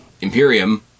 Imperium